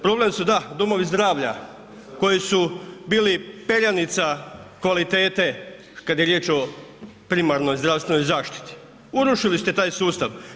Problem su da domovi zdravlja koji su bili perjanica kvalitete kada je riječ o primarnoj zdravstvenoj zaštiti, urušili ste taj sustav.